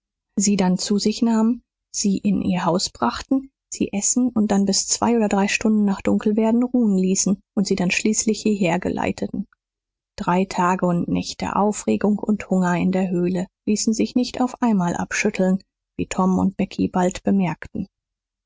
sie dann zu sich nahmen sie in ihr haus brachten sie essen und dann bis zwei oder drei stunden nach dunkelwerden ruhen ließen und sie dann schließlich hierher geleiteten drei tage und nächte aufregung und hunger in der höhle ließen sich nicht auf einmal abschütteln wie tom und becky bald bemerkten